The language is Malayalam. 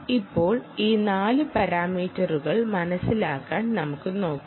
ഇപ്പോൾ ഈ 4 പാരാമീറ്ററുകൾ മനസിലാക്കാൻ നമുക്ക് നോക്കാം